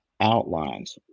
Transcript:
outlines